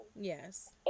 Yes